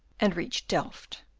and reached delft.